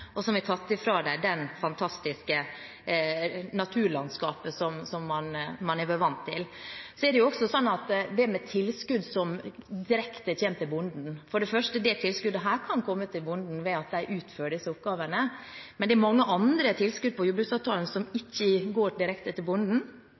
og som har tatt fra dem det fantastiske naturlandskapet man har vært vant til å se. Når det gjelder tilskudd som kommer direkte til bonden, kan for det første dette tilskuddet komme til bonden ved at de utfører disse oppgavene. Men det er mange andre tilskudd i jordbruksavtalen som ikke går direkte til bonden: